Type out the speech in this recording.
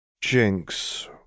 Jinx